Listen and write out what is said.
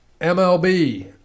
MLB